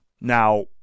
Now